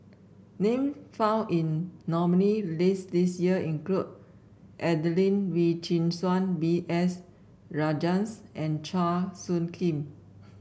name found in nominee list this year include Adelene Wee Chin Suan B S Rajhans and Chua Soo Khim